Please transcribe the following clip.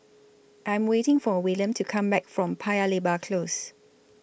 I'm waiting For William to Come Back from Paya Lebar Close